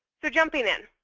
so jumping in,